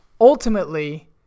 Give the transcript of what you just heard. ultimately